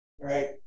right